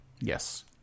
Yes